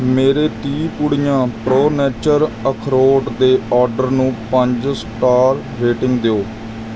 ਮੇਰੇ ਤੀਹ ਪੁੜੀਆਂ ਪ੍ਰੋ ਨੇਚਰ ਅਖਰੋਟ ਦੇ ਆਰਡਰ ਨੂੰ ਪੰਜ ਸਟਾਰ ਰੇਟਿੰਗ ਦਿਓ